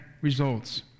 results